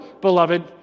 beloved